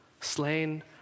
slain